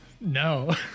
No